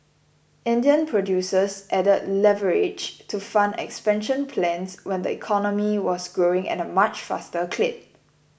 Indian producers added leverage to fund expansion plans when the economy was growing at a much faster clip